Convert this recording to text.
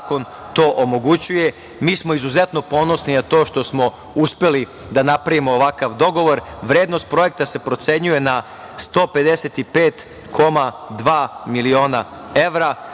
zakon to omogućuje. Mi smo izuzetno ponosni na to što smo uspeli da napravimo ovakav dogovor. Vrednost projekta se procenjuje na 155,2 miliona evra.